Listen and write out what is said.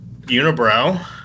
Unibrow